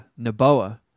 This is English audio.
Naboa